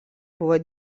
buvo